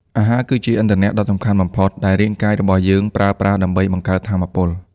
អាហារគឺជា ឥន្ធនៈ ដ៏សំខាន់បំផុតដែលរាងកាយរបស់យើងប្រើប្រាស់ដើម្បីបង្កើត ថាមពល។